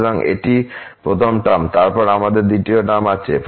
সুতরাং এটি প্রথম টার্ম তারপর আমাদের দ্বিতীয় টার্ম আছে